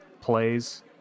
plays